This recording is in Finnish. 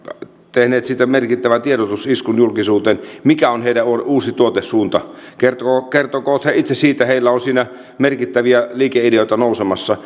tehneet siitä merkittävän tiedotusiskun julkisuuteen mikä on heidän uusi tuotesuuntansa kertokoot he itse siitä heillä on siinä merkittäviä liikeideoita nousemassa